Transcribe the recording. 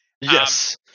Yes